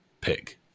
pig